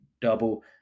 double